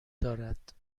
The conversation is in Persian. دارد